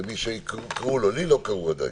לי לא קראו עדיין.